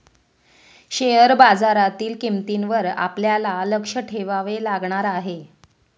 share बाजारातील किंमतींवर आपल्याला लक्ष ठेवावे लागणार आहे